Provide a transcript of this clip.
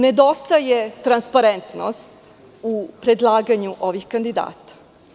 Nedostaje transparentnost u predlaganju ovih kandidata.